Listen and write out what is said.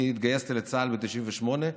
אני התגייסתי לצה"ל ב-1998,